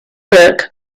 book